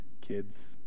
kids